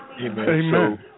Amen